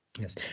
Yes